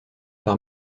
par